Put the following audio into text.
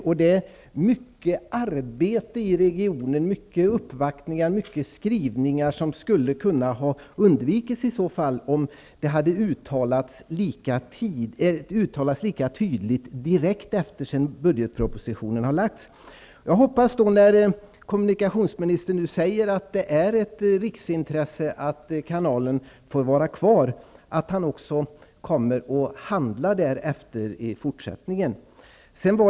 Det ligger mycket arbete i regionen bakom uppvaktningar och skrivningar, som skulle ha kunnat undvikas om detta klarläggande kunnat uttalas lika tydligt direkt efter att budgetpropositionen lagts fram. Nu säger i alla fall kommunikationsministern att det är ett riksintresse att kanalen får vara kvar. Jag hoppas att han också kommer att handla därefter i fortsättningen.